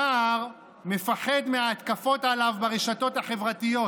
סער מפחד מההתקפות עליו ברשתות החברתיות,